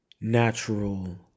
natural